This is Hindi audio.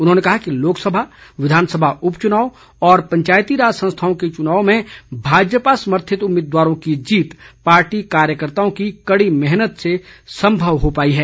उन्होंने कहा कि लोकसभा विधानसभा उपचुनाव और पंचायती राज संस्थाओं के चुनाव में भाजपा समर्थित उम्मीदवारों की जीत पार्टी कार्यकर्ताओं की कड़ी मेहनत से सम्भव हो पाई है